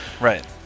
Right